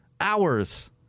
hours